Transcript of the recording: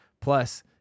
Plus